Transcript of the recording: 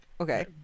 Okay